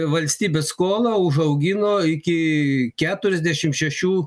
valstybės skolą užaugino iki keturiasdešim šešių